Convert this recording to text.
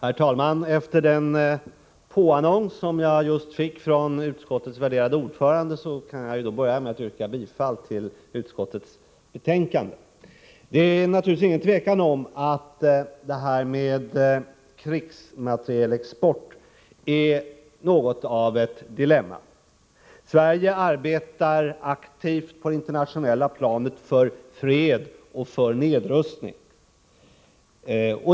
Herr talman! Efter den påannons som jag just fick från utskottets värderade ordförande kan jag börja med att yrka bifall till utskottets hemställan. Det råder inga tvivel om att krigsmaterielexport innebär något av ett dilemma. Sverige arbetar aktivt på det internationella planet för fred och för nedrustning.